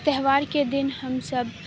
تہوار کے دن ہم سب